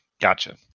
Gotcha